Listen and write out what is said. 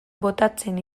botatzen